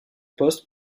poste